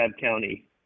County